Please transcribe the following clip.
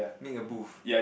make a booth